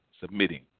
submitting